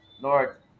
Lord